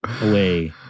away